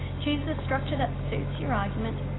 choose the structure that suits your argument,